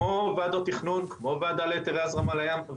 כמו ועדות תכנון, כמו הוועדה להיתרי הזרמה לים.